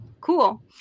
Cool